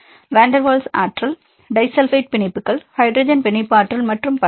மாணவர் van der Waals ஆற்றல் மாணவர் டிஸல்பைட் பிணைப்புகள் ஹைட்ரஜன் பிணைப்பு ஆற்றல் மற்றும் பல